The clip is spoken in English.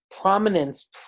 prominence